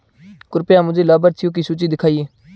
कृपया मुझे लाभार्थियों की सूची दिखाइए